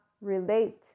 relate